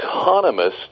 economists